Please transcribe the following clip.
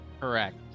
Correct